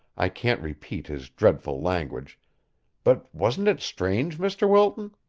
i can't repeat his dreadful language but wasn't it strange, mr. wilton?